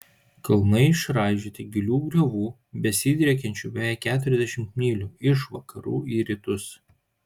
kalnai išraižyti gilių griovų besidriekiančių beveik keturiasdešimt mylių iš vakarų į rytus